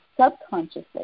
subconsciously